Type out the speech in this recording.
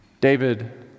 David